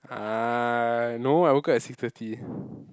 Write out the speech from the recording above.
ah no I woke up at six thirty